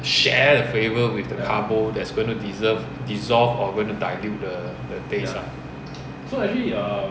share the favour with the carbo that is going to dissolve dissolve or dilute the base lah